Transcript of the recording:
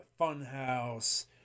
funhouse